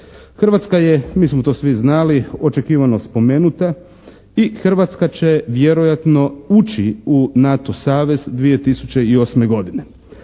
Hrvatska je mi smo to svi znali, očekivano spomenuta i Hrvatska će vjerojatno ući u NATO savez 2008. godine.